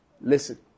Listen